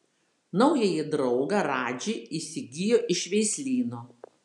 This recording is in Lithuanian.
naująjį draugą radži įsigijo iš veislyno